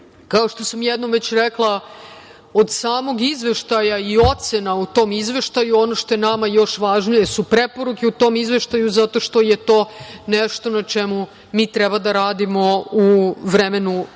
što sam jednom već rekla, od samog izveštaja i ocena u tom izveštaju, ono što je nama još važnije su preporuke u tom izveštaju, zato što je to nešto na čemu mi treba da radimo u vremenu